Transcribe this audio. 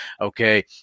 Okay